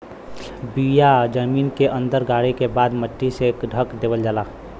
बिया जमीन के अंदर गाड़े के बाद मट्टी से ढक देवल जाला